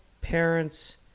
parents